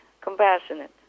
compassionate